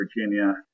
Virginia